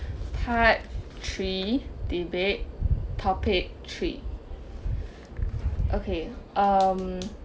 part three debate topic three okay um